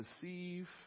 deceive